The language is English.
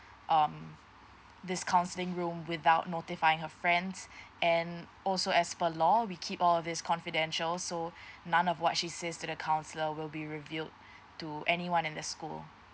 um this counselling room without notifying her friends and also as per law we keep all these confidential so none of what she says to the counsellor will be reviewed to anyone in the school